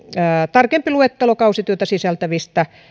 tarkempi luettelo kausityötä sisältävistä